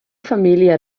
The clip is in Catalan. família